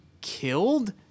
Killed